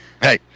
Hey